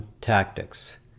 tactics